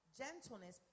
gentleness